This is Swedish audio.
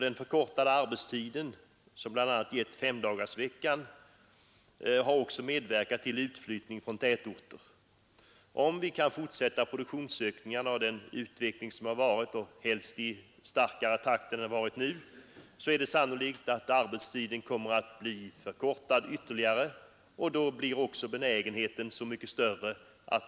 Den förkortade arbetstiden, som bl.a. har givit medborgarna femdagars arbetsvecka, har också medverkat till denna utflyttning från tätorterna. Om vi kan fortsätta att öka produktionen och fortsätta den utveckling vi haft hittills — och helst i starkare takt än hittills — är det sannolikt att arbetstiden kommer att förkortas ytterligare, och då blir också benägenheten större att